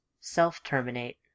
Self-terminate